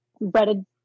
breaded